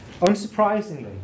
Unsurprisingly